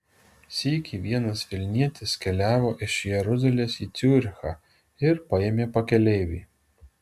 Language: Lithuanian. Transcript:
sykį vienas vilnietis keliavo iš jeruzalės į ciurichą ir paėmė pakeleivį